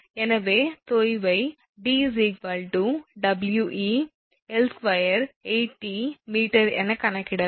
எனவே தொய்வை 𝑑𝑊𝑒𝐿28𝑇 𝑚 என கணக்கிடலாம்